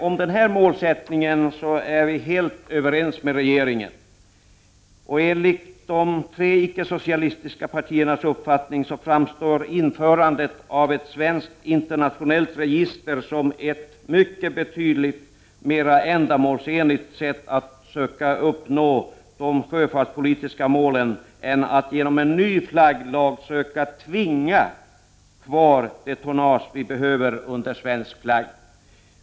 Om den målsättningen är vi helt överens med regeringen. Enligt de tre icke-socialistiska partiernas uppfattning framstår införandet av ett svenskt internationellt register som ett betydligt mera ändamålsenligt sätt att söka uppnå de sjöfartspolitiska målen än att genom en ny flagglag söka tvinga kvar det tonnage vi behöver under svensk flagg.